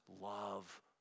love